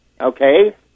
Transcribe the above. okay